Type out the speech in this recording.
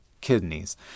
kidneys